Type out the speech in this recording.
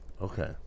Okay